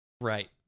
Right